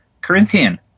Corinthian